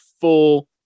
full